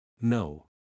No